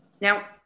now